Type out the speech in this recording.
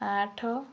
ଆଠ